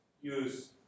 use